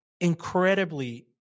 incredibly